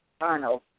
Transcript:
Arnold